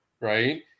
right